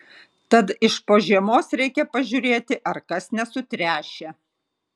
tad iš po žiemos reikia pažiūrėti ar kas nesutręšę